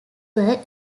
were